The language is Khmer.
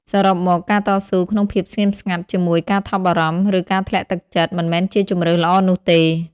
សរុបមក ការតស៊ូក្នុងភាពស្ងៀមស្ងាត់ជាមួយការថប់បារម្ភ ឬការធ្លាក់ទឹកចិត្ត មិនមែនជាជម្រើសល្អនោះទេ។